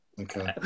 okay